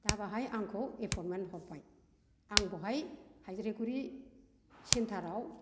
दा बेवहाय आंखौ एपयनमेन्ट हरबाय आं बेवहाय हाइज्राइगुरि सेन्टारआव